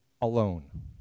alone